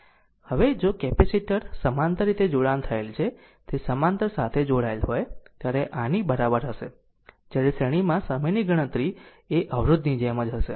હવે જો કેપેસિટર્સ સમાંતર રીતે જોડાણ થયેલ છે તે સમાંતર સાથે જોડાયેલ હોય ત્યારે તે આની બરાબર હશે જ્યારે શ્રેણીમાં સમયની ગણતરી એ અવરોધની જેમ જ હશે